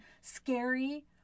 scary